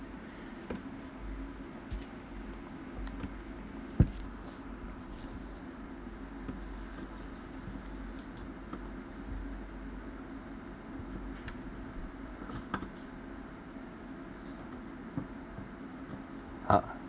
how